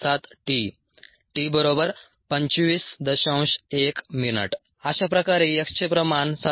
1 min अशा प्रकारे X चे प्रमाण 7